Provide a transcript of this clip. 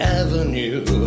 avenue